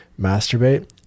masturbate